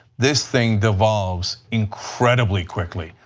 this thing devolves incredibly quickly,